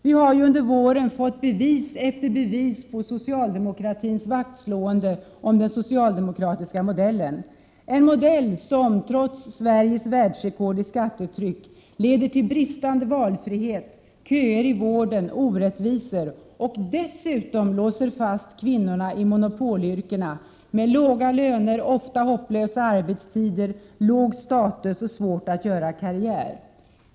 Vi har ju under våren fått bevis efter bevis på socialdemokraternas vaktslående om den socialdemokratiska modellen, en modell som — trots Sveriges världsrekord i skattetryck — leder till bristande valfrihet, köer i vården och orättvisor och som dessutom låser fast kvinnorna i monopolyrkena med låga löner, ofta hopplösa arbetstider, låg status och svårigheter att göra karriär.